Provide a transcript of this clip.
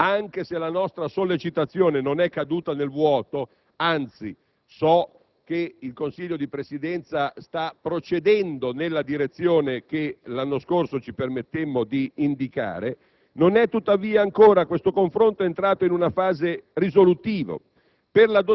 Anche se la nostra sollecitazione non è caduta nel vuoto, anzi so che il Consiglio di Presidenza sta procedendo nella direzione che l'anno scorso ci permettemmo di indicare, non è tuttavia ancora questo confronto entrato in una fase risolutiva